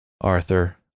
Arthur